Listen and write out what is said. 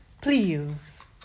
please